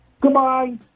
Goodbye